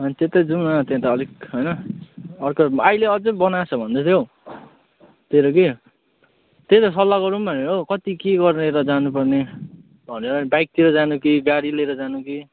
अनि त्यतै जाउँ न त्यता अलिक होइन अर्कै अहिले अझै बनाएको छ भन्दै थियो हौ त्यही त कि त्यही त सल्लाह गरौँ भनेर हौ कति के गर्ने र जानु पर्ने भनेर बाइकतिर जानु कि गाडी लिएर जानु कि